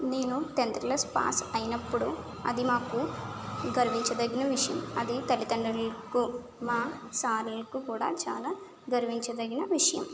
నేను tenth class pass అయినప్పుడు అది మాకు గర్వించదగిన విషయం అది తల్లిదండ్రులకు మా సార్లకు కూడా చాలా గర్వించదగిన విషయం